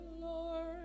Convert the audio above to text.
Lord